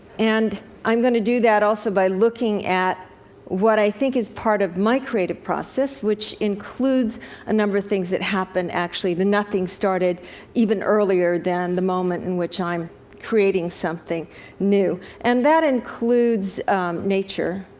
and i'm going do that also by looking at what i think is part of my creative process, which includes a number of things that happened, actually the nothing started even earlier than the moment in which i'm creating something new. and that includes nature,